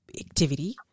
activity